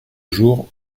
jour